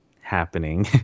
happening